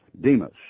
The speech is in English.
Demas